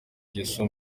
ngeso